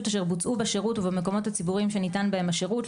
אשר בוצעו בשירות ובמקומות הציבוריים שניתן בהם השירות,